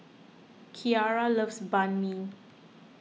Keara loves Banh Mi